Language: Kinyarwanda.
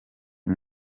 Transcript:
uyu